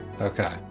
Okay